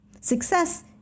Success